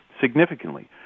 significantly